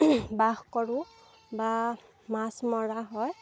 বাস কৰোঁ বা মাছ মৰা হয়